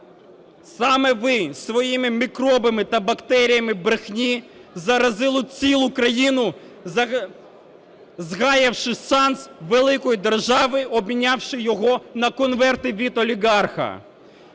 Саме ви своїми мікробами та бактеріями брехні заразили цілу країну, згаявши шанс великої держави, обмінявши його на конверти від олігарха.